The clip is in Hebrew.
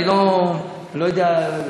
אני לא יודע למה,